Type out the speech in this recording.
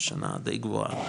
השנה די גבוהה,